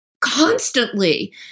constantly